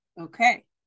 Okay